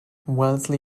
wellesley